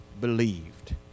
believed